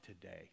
today